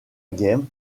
game